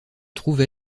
trouve